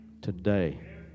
Today